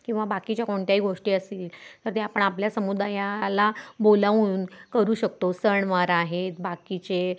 किंवा बाकीच्या कोणत्याही गोष्टी असतील तर ते आपण आपल्या समुदायाला बोलावून करू शकतो सणवार आहेत बाकीचे